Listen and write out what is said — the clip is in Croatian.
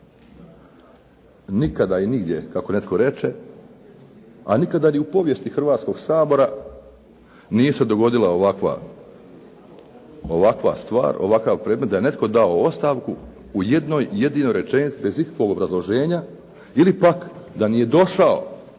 Nikada i nigdje kako netko reče, a nigdje ni u povijesti Hrvatskoga sabora nije se dogodila ovakva stvar, ovakav predmet da je netko dao ostavku u jednoj jedinoj rečenici bez ikakvog obrazloženja ili pak da nije došao